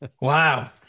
Wow